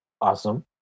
awesome